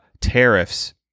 tariffs